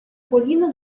colina